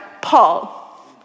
Paul